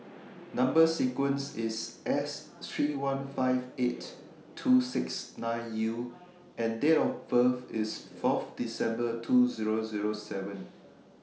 Number sequence IS S three one five eight two six nine U and Date of birth IS Fourth December two Zero Zero seven